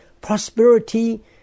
prosperity